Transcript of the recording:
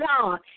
God